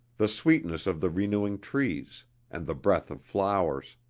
the sweetness of the renewing trees and the breath of flowers.